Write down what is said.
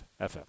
FM